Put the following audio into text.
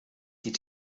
die